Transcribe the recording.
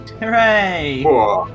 hooray